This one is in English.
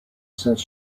since